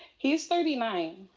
he's thirty nine.